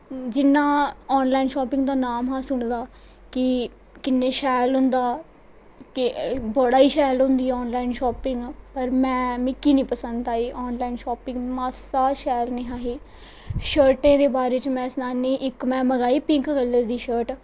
जिन्ना online shopping दा नांऽ हा सुने दा कि किन्ने शैल होंदा बड़ा गै शैल होंदी ऑन लाईन शापिंग पर में मिगी निं पसंद आई ऑन लाईन शापिंग मास्सा शैल नेईं ही शर्टें दे बारे च में सनानी इक में मंगवाई पिंक कल्लर दी शर्ट